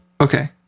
Okay